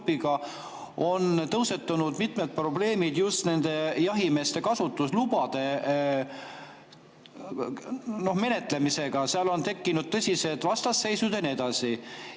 on tõusetunud mitmed probleemid just jahimeeste kasutuslubade menetlemisega. Seal on tekkinud tõsised vastasseisud jne.